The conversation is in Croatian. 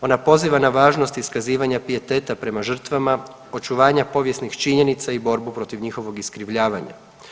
Onda poziva na važnost iskazivanja pijeteta prema žrtvama, očuvanja povijesnih činjenica i borbu protiv njihovog iskrivljavanja.